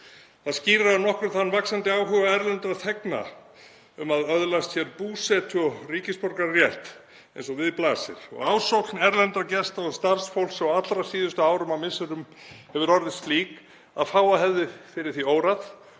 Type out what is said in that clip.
Það skýrir að nokkru þann vaxandi áhuga erlendra þegna á að öðlast hér búsetu- og ríkisborgararétt eins og við blasir og ásókn erlendra gesta og starfsfólks á allra síðustu árum og misserum hefur orðið slík að fáa hefði fyrir því órað